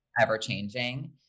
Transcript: ever-changing